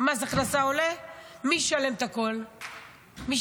מס הכנסה עולה, מי ישלם את הכול?